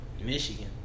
Michigan